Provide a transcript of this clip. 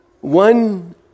One